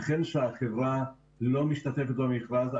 אכן החברה לא משתתפת במכרז,